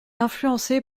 influencé